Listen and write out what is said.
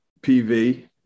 PV